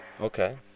Okay